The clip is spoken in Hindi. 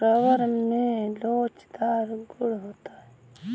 रबर में लोचदार गुण होता है